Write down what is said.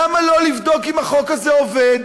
למה לא לבדוק אם החוק הזה עובד?